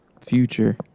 Future